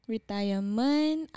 Retirement